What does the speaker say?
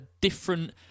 different